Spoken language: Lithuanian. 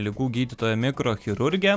ligų gydytoja mikrochirurgė